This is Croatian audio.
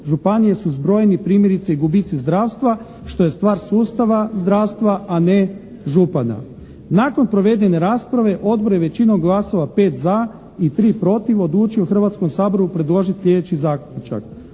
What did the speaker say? županije su zbrojeni primjerice gubici zdravstva što je stvar sustava zdravstva a ne župana. Nakon provedene rasprave Odbor je većinom glasova, 5 za i 3 protiv, odlučio Hrvatskom saboru predložiti sljedeći zaključak: